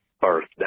birthday